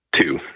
two